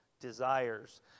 desires